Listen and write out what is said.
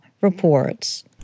reports